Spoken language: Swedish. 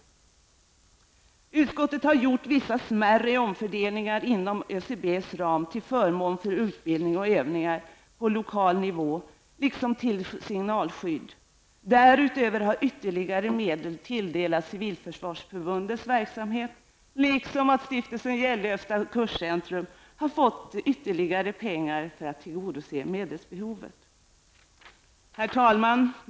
Utskottet har gjort vissa smärre omfördelningar inom ÖCBs ram till förmån för utbildning och övningar på lokal nivå liksom till signalskydd. Därutöver har ytterligare medel tilldelats Civilförsvarsförbundets verksamhet liksom att Stiftelsen Gällöfsta Kurscentrum har fått pengar för att tillgodose medelsbehovet. Herr talman!